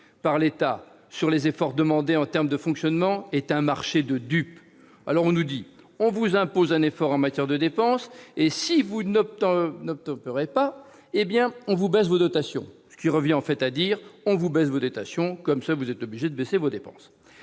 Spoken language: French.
-par l'État sur les efforts demandés en termes de fonctionnement est un marché de dupes. On nous dit :« on vous impose un effort en matière de dépenses ; si vous n'obtempérez pas, on baisse vos dotations ». Cela revient en fait à nous dire :« on baisse vos dotations pour vous obliger à baisser vos dépenses